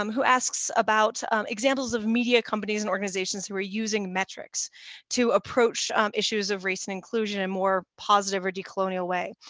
um who asks about examples of media companies and organizations who are using metrics to approach issues of race and inclusion and more positive or decolonial way.